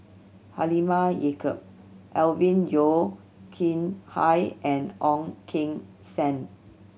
Halimah Yacob Alvin Yeo Khirn Hai and Ong Keng Sen